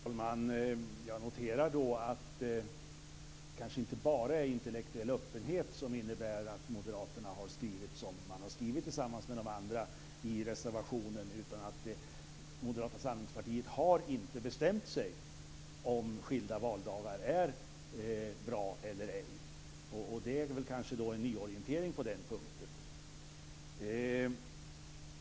Fru talman! Jag noterar att det kanske inte bara är intellektuell öppenhet som gör att Moderaterna har skrivit som man har gjort tillsammans med de andra i reservationen. Det kanske är så att Moderata samlingspartiet inte har bestämt sig om skilda valdagar är bra eller ej. Det handlar kanske om en nyorientering på den punkten.